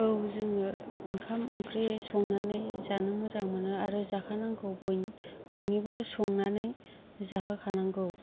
औ जोङो ओंखाम ओंख्रि संनानै जानो मोजां मोनो आरो जाखानांगौ बयनिबो संनानै जाहोखानांगौ